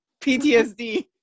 PTSD